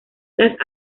las